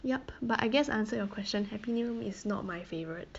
yup but I guess I answered your question happy meal is not my favourite